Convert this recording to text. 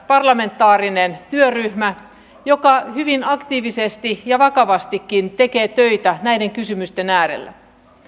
parlamentaarinen työryhmä joka hyvin aktiivisesti ja vakavastikin tekee töitä näiden kysymysten äärellä